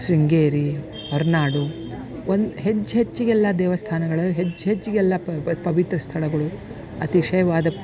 ಶೃಂಗೇರಿ ಹೊರನಾಡು ಒಂದು ಹೆಜ್ಜೆ ಹೆಜ್ಜೆಗೆಲ್ಲಾ ದೇವಸ್ಥಾನಗಳು ಹೆಜ್ಜೆ ಹೆಜ್ಜೆಗೆಲ್ಲಾ ಪವಿತ್ರ ಸ್ಥಳಗಳು ಅತಿಶಯವಾದ